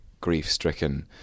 grief-stricken